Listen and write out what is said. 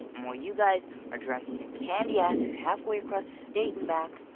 while you guys are dragging your candy asses halfway across the state and back,